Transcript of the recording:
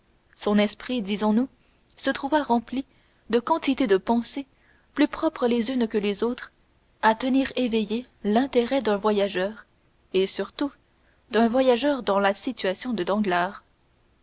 son esprit disons-nous se trouva rempli de quantité de pensées plus propres les unes que les autres à tenir éveillé l'intérêt d'un voyageur et surtout d'un voyageur dans la situation de danglars